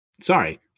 Sorry